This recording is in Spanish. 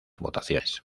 votaciones